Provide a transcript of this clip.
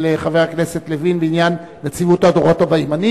חבר הכנסת לוין בעניין נציבות הדורות הבאים.